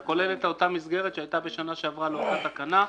זה כולל את אותה מסגרת שהיתה בשנה שעברה לאותה תקנה,